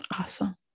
awesome